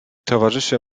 towarzysze